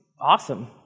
awesome